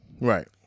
Right